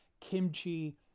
kimchi